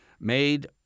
made